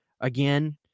again